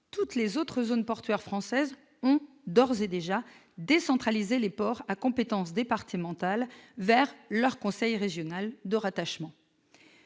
toutes les autres zones portuaires françaises ont d'ores et déjà décentralisé les ports à compétence départementale vers leur conseil régional de rattachement.